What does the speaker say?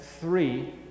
three